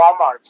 Walmart